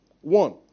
One